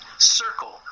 circle